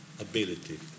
ability